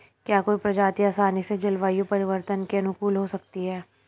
क्या कोई प्रजाति आसानी से जलवायु परिवर्तन के अनुकूल हो सकती है?